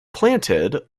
planted